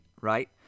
Right